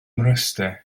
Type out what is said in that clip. mryste